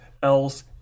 else